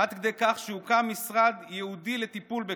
עד כדי כך שהוקם משרד ייעודי לטיפול בכך,